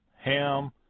Ham